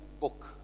book